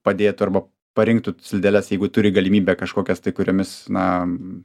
padėtų arba parinktų slideles jeigu turi galimybę kažkokias tai kuriomis na